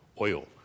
oil